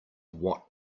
what